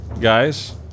guys